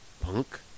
Punk